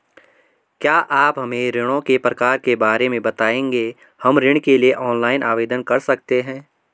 क्या आप हमें ऋणों के प्रकार के बारे में बताएँगे हम ऋण के लिए ऑनलाइन आवेदन कर सकते हैं?